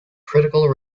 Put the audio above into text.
critical